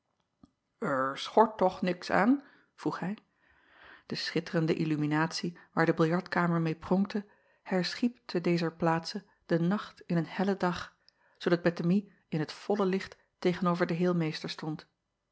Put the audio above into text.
schort toch niets aan vroeg hij e schitterende illuminatie waar de biljartkamer meê pronkte herschiep te dezer plaatse de nacht in een hellen dag zoodat ettemie in het volle licht tegen-over den heelmeester stond